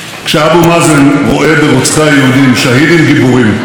כשאבו מאזן רואה ברוצחי היהודים שהידים גיבורים,